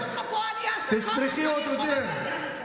תצרחי עוד יותר.